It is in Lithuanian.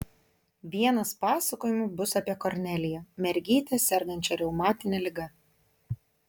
vienas pasakojimų bus apie korneliją mergytę sergančią reumatine liga